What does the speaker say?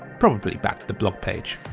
probably back to the blog page.